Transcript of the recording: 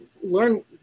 learn